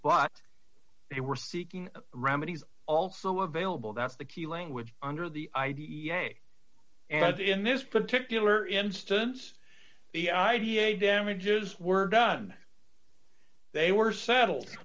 but they were seeking remedies also available that's the key language under the i d e a as in this particular instance the idea damages were done that they were settled